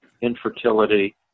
infertility